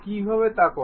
কিভাবে তা করব